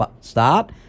start